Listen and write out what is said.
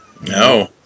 No